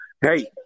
hey